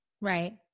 Right